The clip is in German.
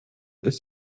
ist